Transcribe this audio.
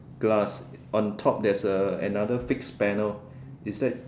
glass on top there's a another fixed panel is there